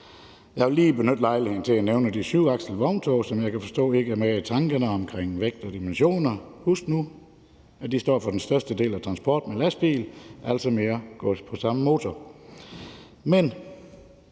Jeg vil lige benytte lejligheden til at nævne de syvakslede vogntog, som jeg kan forstå ikke er med i tankerne om vægt og dimensioner. Husk nu, at de står for den største del af transporten med lastbil, altså mere gods på den samme motor. Men